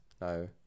No